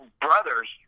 brothers